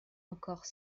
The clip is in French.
encore